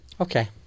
Okay